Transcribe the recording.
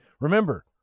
remember